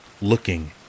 looking